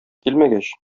килмәгәч